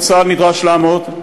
שבו צה"ל נדרש לעמוד,